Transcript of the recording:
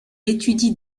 étudie